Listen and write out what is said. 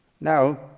Now